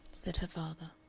said her father.